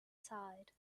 side